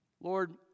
Lord